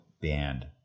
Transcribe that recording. band